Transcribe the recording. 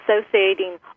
associating